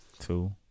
Two